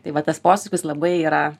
tai va tas posakis labai yra